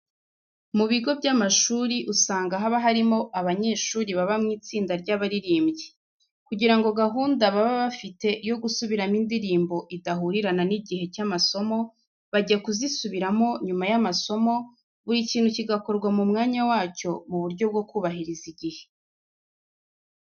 Mu bigo by'amashuri usanga haba harimo abanyeshuri baba mu itsinda ry'abaririmbyi. Kugira ngo gahunda baba bafite yo gusubiramo indirimbo idahurirana n'igihe cy'amasomo, bajya kuzisubiramo nyuma y'amasomo, buri kintu kigakorwa mu mwanya wacyo, mu buryo bwo kubahiriza igihe.